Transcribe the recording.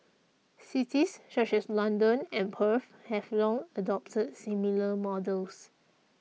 cities such as London and Perth have long adopted similar models